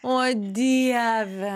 o dieve